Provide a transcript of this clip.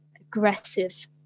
aggressive